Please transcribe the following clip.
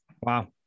Wow